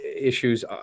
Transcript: issues